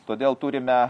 todėl turime